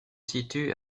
situe